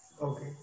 Okay